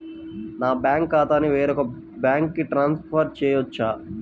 నా బ్యాంక్ ఖాతాని వేరొక బ్యాంక్కి ట్రాన్స్ఫర్ చేయొచ్చా?